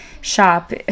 shop